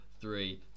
three